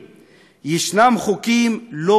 ישנם חוקים לא מוסריים,